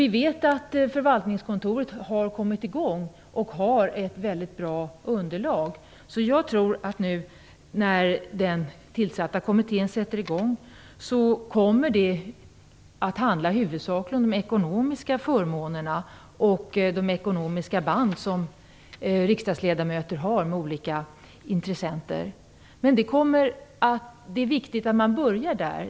Vi vet att förvaltningskontoret har kommit i gång och har ett väldigt bra underlag. Nu när den tillsatta kommittén sätter i gång med arbetet tror jag att det i huvudsak kommer att handla om de ekonomiska förmånerna och de ekonomiska band som ledamöterna har med olika intressen. Det är viktigt att man börjar där.